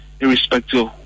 irrespective